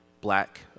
black